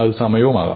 അത് സമയവുമാകാം